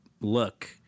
look